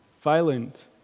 violent